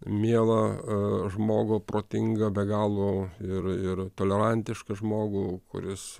mielą žmogų protingą be galo ir ir tolerantišką žmogų kuris